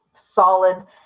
solid